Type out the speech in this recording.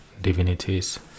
divinities